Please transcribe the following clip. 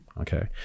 Okay